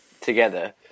together